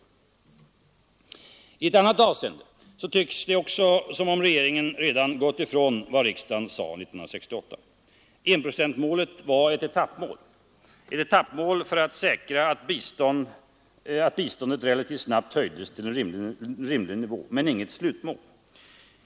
Också i ett annat avseende tycks det som om regeringen redan gått ifrån vad riksdagen sade 1968. Enprocentsmålet var ett etappmål för att säkra att biståndet relativt snabbt höjdes till en rimlig nivå, men det var inget slutmål.